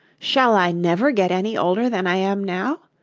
shall i never get any older than i am now?